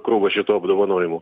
krūvą šitų apdovanojimų